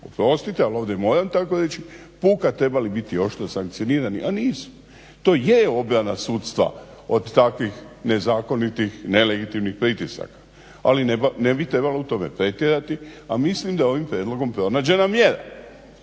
oprostiti ali ovdje moram tako reći puka trebali biti oštro sankcionirani, a nisu. To je obrana sudstva od takvih nezakonitih, nelegitimnih pritisaka ali ne bi trebalo u tome pretjerati a mislim da je ovim prijedlogom pronađena mjera.